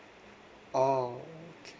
orh okay